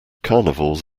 carnivores